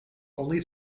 only